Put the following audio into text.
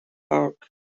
park